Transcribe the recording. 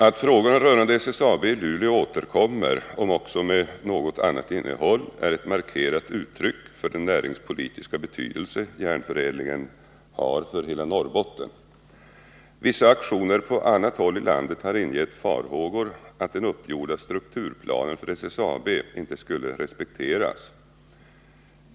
Att frågorna rörande SSAB i Luleå återkommer, om också med något annat innehåll, är ett markerat uttryck för den näringspolitiska betydelse järnförädlingen har för hela Norrbotten. Vissa aktioner på annat håll i landet har ingett farhågor för att den uppgjorda strukturplanen för SSAB inte skulle respekteras.